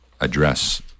address